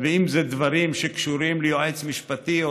ואם זה דברים שקשורים ליועץ משפטי,